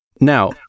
Now